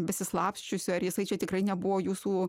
besislapsčiusio ar jisai čia tikrai nebuvo jūsų